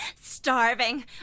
starving